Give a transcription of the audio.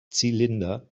zylinder